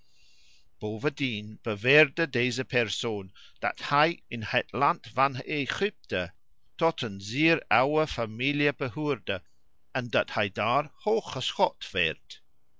bovendien beweerde deze persoon dat hij in het land van egypte tot een zeer oude familie behoorde en dat hij daar hooggeschat werd